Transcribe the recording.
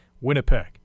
Winnipeg